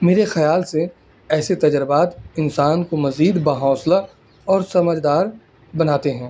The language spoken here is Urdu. میرے خیال سے ایسے تجربات انسان کو مزید با حوصلہ اور سمجھدار بناتے ہیں